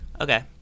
Okay